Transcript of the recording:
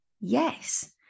yes